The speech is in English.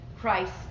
Christ